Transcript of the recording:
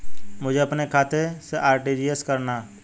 मुझे अपने खाते से आर.टी.जी.एस करना?